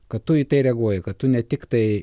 kad tu į tai reaguoji kad tu ne tiktai